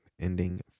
ending